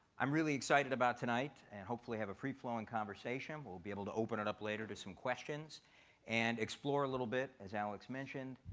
i'm really excited about tonight and hopefully we'll have a free flowing conversation. we'll be able to open it up later to some questions and explore a little bit, as alex mentioned,